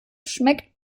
schmeckt